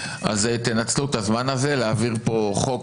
אז תנצלו את הזמן הזה להעביר פה חוק